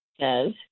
says